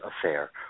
affair